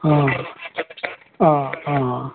अँ अँ अँ